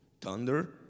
Thunder